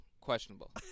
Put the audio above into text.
questionable